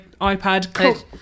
iPad